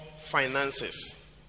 finances